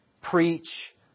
preach